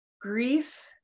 Grief